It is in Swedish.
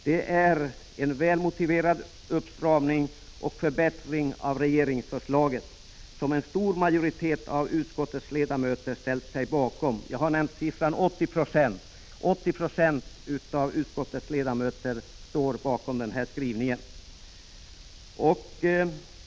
Det är en välmotiverad uppstramning och förbättring av regeringsförslaget som en stor majoritet — 80 90 — av utskottets ledamöter har ställt sig bakom.